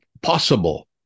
possible